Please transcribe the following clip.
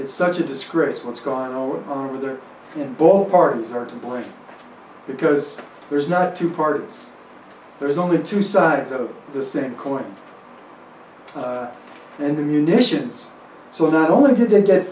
it's such a disgrace what's going on or are there both parties are to blame because there's not two parties there's only two sides of the same court and the munitions so not only did they get